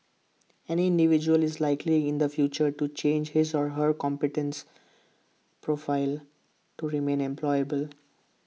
any individual is likely in the future to change his or her competence profile to remain employable